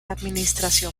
administración